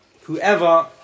Whoever